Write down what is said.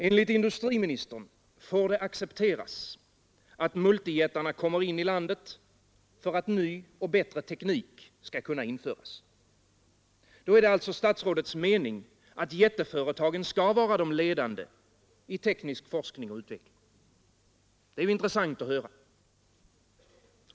Enligt industriministern får det accepteras att multijättarna kommer in i landet för att ny och bättre teknik skall kunna införas. Då är det alltså statsrådets mening att jätteföretagen skall vara de ledande i teknisk forskning och utveckling. Det är intressant att höra.